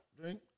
Drink